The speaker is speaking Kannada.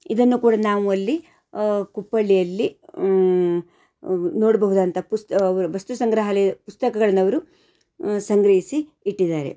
ಇದನ್ನು ಕೂಡ ನಾವು ಅಲ್ಲಿ ಕುಪ್ಪಳ್ಳಿಯಲ್ಲಿ ನೋಡ್ಬಹುದಂಥ ಪುಸ್ತಕ ಅವರ ವಸ್ತುಸಂಗ್ರಹಾಲಯ ಪುಸ್ತಕಗಳನ್ನವ್ರು ಸಂಗ್ರಹಿಸಿ ಇಟ್ಟಿದ್ದಾರೆ